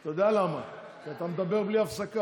אתה יודע למה, כי אתה מדבר בלי הפסקה.